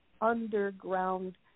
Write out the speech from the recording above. underground